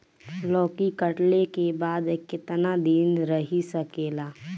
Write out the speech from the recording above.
लौकी कटले के बाद केतना दिन रही सकेला?